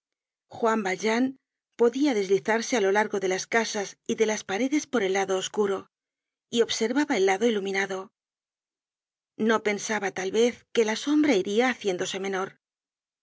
juan valjean podia deslizarse á lo largo de las casas y de las paredes por el lado oscuro y observar el lado iluminado no pensaba tal vez que la sombra iria haciéndose menor